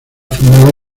formada